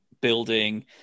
building